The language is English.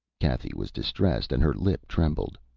cathy was distressed, and her lip trembled.